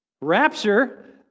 rapture